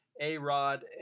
A-Rod